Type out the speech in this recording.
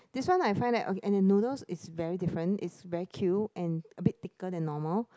this one I find that okay and the noodles is very different is very Q and a bit thicker than normal